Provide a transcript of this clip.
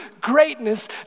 Greatness